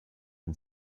and